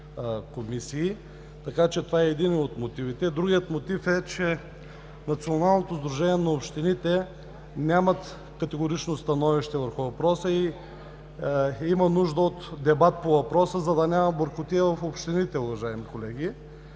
Това е един от мотивите. Другият мотив е, че Националното сдружение на общините нямат категорично становище по въпроса и има нужда от дебат по въпроса, за да няма бъркотия в общините, уважаеми колеги.